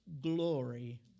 glory